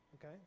Okay